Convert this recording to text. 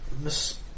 Miss